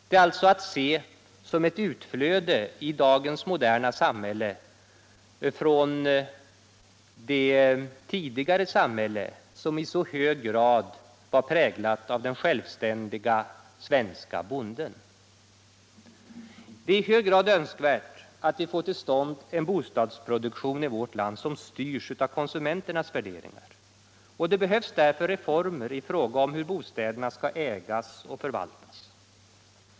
Det är alltså att se som ett utflöde i dagens moderna samhälle från det tidigare samhälle som i så hög grad var präglat av den självständige svenske bonden. Det är mycket önskvärt att vi i vårt land får till stånd en bostadsproduktion, som styrs av konsumenternas värderingar. Det behövs därför reformer i fråga om hur bostäderna skall ägas och förvaltas.